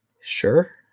sure